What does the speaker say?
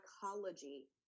psychology